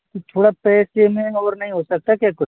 थोड़ा पैसे में और नहीं सकता क्या कुछ